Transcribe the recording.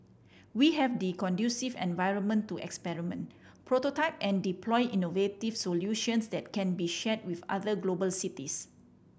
we have the conducive environment to experiment prototype and deploy innovative solutions that can be shared with other global cities